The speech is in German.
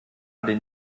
den